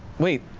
wait,